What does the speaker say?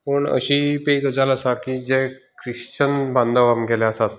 पूण अशी बी एक गजाल आसा की जे क्रिश्चन बांदव आमगेले आसात